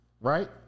right